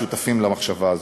שותפים למחשבה הזאת.